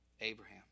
Abraham